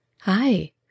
Hi